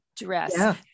dress